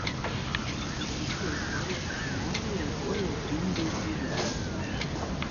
ščiuckio istorijas apie meilę reaguoja audringai ir gyvai